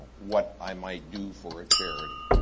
what i might do for a charity